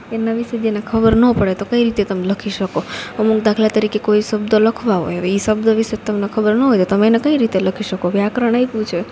એના વિશે જ એને ખબર નો પડે તો કઈ રીતે તમે લખી શકો અમુક દાખલા તરીકે કોઈ શબ્દો લખવા હોય હવે એ શબ્દો વિશે જ તમને ખબર ન હોય કે તમે એને કઈ રીતે લખી શકો વ્યાકરણ આપ્યું છે